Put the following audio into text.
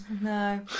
No